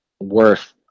worth